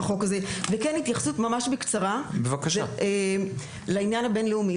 התייחסות ממש בקצרה לעניין הבינלאומי,